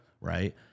Right